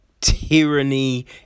tyranny